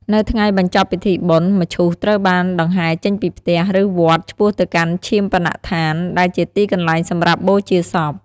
នៅថ្ងៃបញ្ចប់ពិធីបុណ្យ មឈូសត្រូវបានដង្ហែចេញពីផ្ទះ ឬវត្ត ឆ្ពោះទៅកាន់ឈាបនដ្ឋាន ដែលជាទីកន្លែងសម្រាប់បូជាសព។